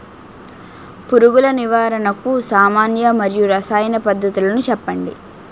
పురుగుల నివారణకు సామాన్య మరియు రసాయన పద్దతులను చెప్పండి?